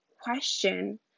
question